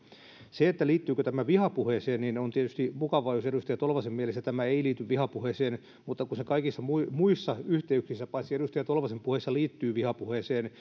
se liittyykö tämä vihapuheeseen on tietysti mukavaa jos edustaja tolvasen mielestä tämä ei liity vihapuheeseen mutta kun se kaikissa muissa muissa yhteyksissä paitsi edustaja tolvasen puheissa liittyy vihapuheeseen